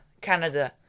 Canada